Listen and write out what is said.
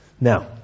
Now